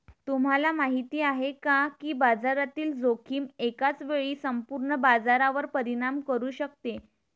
तुम्हाला माहिती आहे का की बाजारातील जोखीम एकाच वेळी संपूर्ण बाजारावर परिणाम करू शकते?